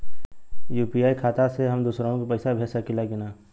UPI खाता से हम दुसरहु के पैसा भेज सकीला की ना?